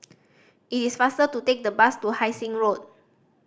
it is faster to take the bus to Hai Sing Road